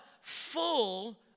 Full